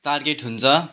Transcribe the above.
target हुन्छ